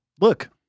look